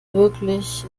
wirklich